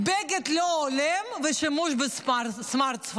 בגד לא הולם ושימוש בסמארטפון.